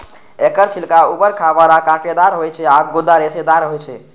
एकर छिलका उबर खाबड़ आ कांटेदार होइ छै आ गूदा रेशेदार होइ छै